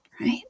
right